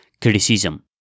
criticism